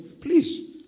please